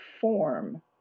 form